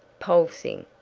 pulsing,